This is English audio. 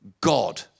God